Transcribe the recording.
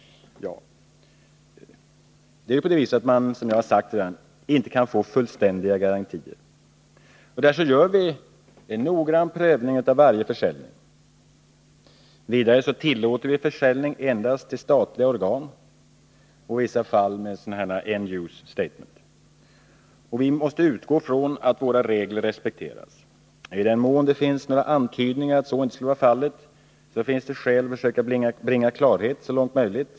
Som jag redan sagt, kan man inte få fullständiga garantier. Därför gör vi en noggrann prövning av varje försäljning. Vidare tillåter vi försäljning endast till statliga organ och i vissa fall med end-user statements. Och vi måste utgå från att våra regler respekteras. I den mån det finns några antydningar om att så inte skulle vara fallet, finns det skäl att försöka bringa klarhet så långt som möjligt.